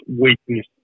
weakness